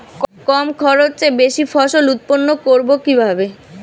কম খরচে বেশি ফসল উৎপন্ন করব কিভাবে?